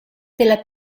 della